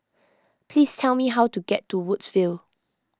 please tell me how to get to Woodsville